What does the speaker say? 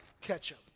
ketchup